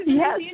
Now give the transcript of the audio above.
yes